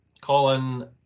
Colin